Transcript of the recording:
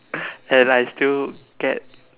and I still get